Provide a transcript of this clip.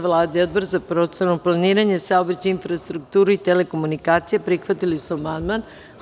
Vlada i Odbor za prostorno planiranje, saobraćaj, infrastrukturu i telekomunikacije prihvatili su amandman.